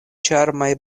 ĉarmaj